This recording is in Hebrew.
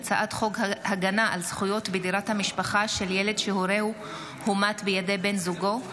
הצעת חוק הגנה על זכויות בדירת המשפחה של ילד שהורהו הומת בידי בן זוגו,